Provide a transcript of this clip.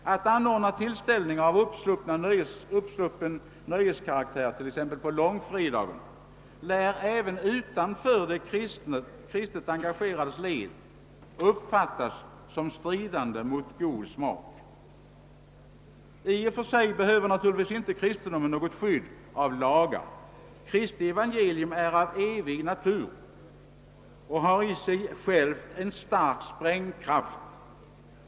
Att anordna tillställningar av uppsluppen nöjeskaraktär på t.ex. långfredagen lär även utanför de kristet engagerades led uppfattas som stridande mot god smak. I och för sig behöver naturligtvis inte kristendomen något skydd av lagar. Kristi evangelium är av evig natur och här i sig stark sprängkraft.